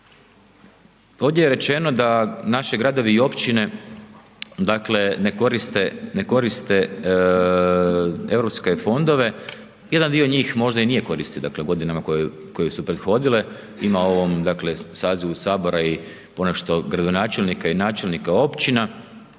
Ovdje je rečeno da naši gradovi i općine dakle ne koriste europske fondove, jedan dio njih možda i nije koristio dakle u godinama koje su prethodile, ima u ovom sazivu Sabora i ponešto gradonačelnika i načelnika općina